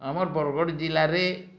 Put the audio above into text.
ଆମର୍ ବରଗଡ଼୍ ଜିଲ୍ଲାରେ